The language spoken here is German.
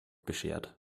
beschert